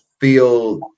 feel